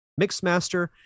Mixmaster